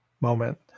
moment